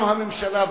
גם הממשלה,